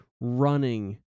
running